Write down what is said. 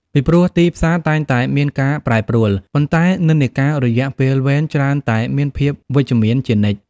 ពីព្រោះ ទីផ្សារតែងតែមានការប្រែប្រួល ប៉ុន្តែនិន្នាការរយៈពេលវែងច្រើនតែមានភាពវិជ្ជមានជានិច្ច។